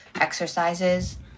exercises